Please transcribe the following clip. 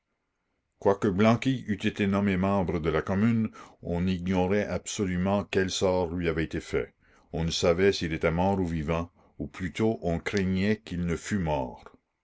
quoique blanqui eût été nommé membre de la commune on ignorait absolument quel sort lui avait été fait on ne savait s'il était mort ou vivant ou plutôt on craignait qu'il ne fût mort